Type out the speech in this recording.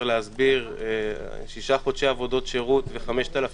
להסביר: שישה חודשי עבודות שירות ו-5,000